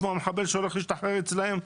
כמו המחבל שהולך להשתחרר אצלם,